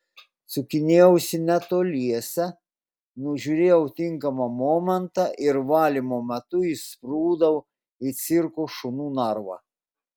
sukinėjausi netoliese nužiūrėjau tinkamą momentą ir valymo metu įsprūdau į cirko šunų narvą